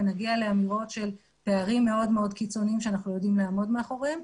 לאמירות של פערים מאוד מאוד קיצוניים שאנחנו יודעים לעמוד מאחוריהם.